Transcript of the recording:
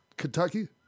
kentucky